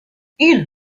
ils